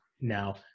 now